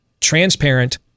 transparent